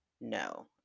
No